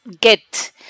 get